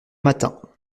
matin